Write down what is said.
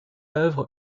œuvre